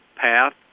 path